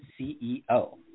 ceo